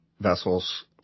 vessels